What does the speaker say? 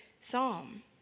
psalm